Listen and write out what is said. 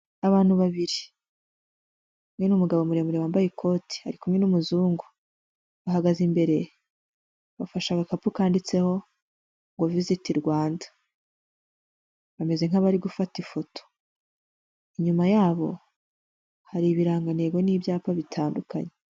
Abantu babiri, umwe ni umugabo muremure wambaye ikote, ari kumwe n'umuzungu, bahagaze imbere bafashe agakapu kanditseho ngo Visit Rwanda, bameze nk'abari gufata ifoto, inyuma yabo hari ibirangantego n'ibyapa bitandukanye.